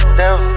down